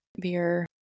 beer